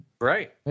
Right